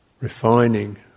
refining